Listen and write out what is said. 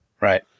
Right